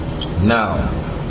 now